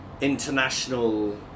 international